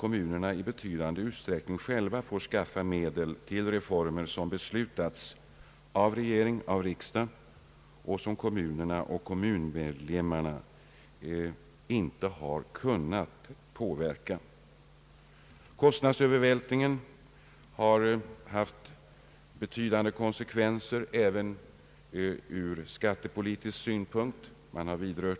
Kommunerna har i betydande utsträckning själva fått skaffa fram medel till reformer som beslutats av regering och riksdag och som kommuner och kommunmedlemmar inte alls kunnat påverka. Kostnadsövervältringen har haft betydande konsekvenser även från skattepolitisk synpunkt.